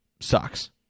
Sucks